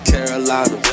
Carolina